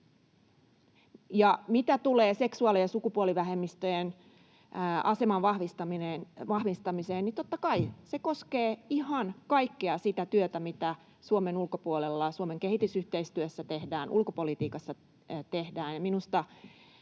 Ja mitä tulee seksuaali- ja sukupuolivähemmistöjen aseman vahvistamiseen, niin totta kai se koskee ihan kaikkea sitä työtä, mitä Suomen ulkopuolella Suomen kehitysyhteistyössä tehdään ja ulkopolitiikassa tehdään,